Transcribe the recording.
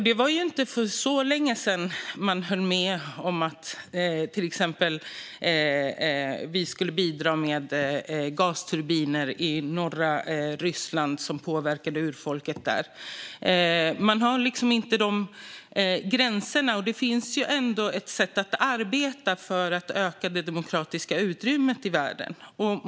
Det var ju till exempel inte så länge sedan man höll med om att vi skulle bidra med gasturbiner i norra Ryssland, vilket påverkade urfolket där. Man har liksom inte de gränserna. Det finns ändå ett sätt att arbeta för att öka det demokratiska utrymmet i världen.